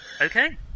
Okay